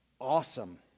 awesome